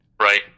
Right